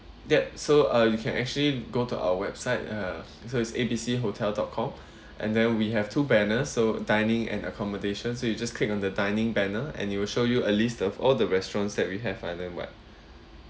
that so uh you can actually go to our website uh so it's A_B_C hotel dot com and then we have two banners so dining and accommodation so you just click on the dining banner and it will show you a list of all the restaurants that we have island wide